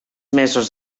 mesos